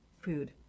food